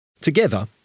Together